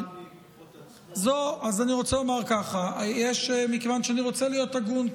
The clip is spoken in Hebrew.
אז אני רוצה לומר ככה: מכיוון שאני רוצה להיות הגון,